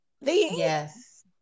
yes